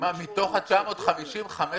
מתוך ה-950, 500?